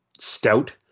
stout